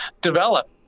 develop